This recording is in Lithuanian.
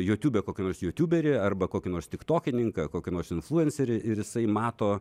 jutube kokį nors jutuberį arba kokį nors tiktokininką kokį nors influencerį ir jisai mato